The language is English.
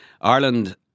Ireland